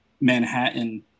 Manhattan